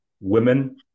women